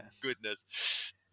goodness